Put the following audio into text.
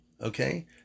Okay